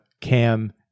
Cam